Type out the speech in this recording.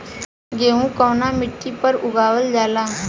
गेहूं कवना मिट्टी पर उगावल जाला?